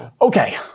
Okay